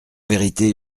vérité